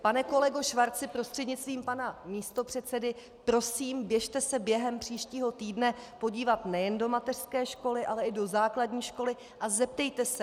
Pane kolego Schwarzi prostřednictvím pana místopředsedy, prosím běžte se během příštího týdne podívat nejen do mateřské školy, ale i do základní školy a zeptejte se.